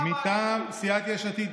מטעם סיעת יש עתיד,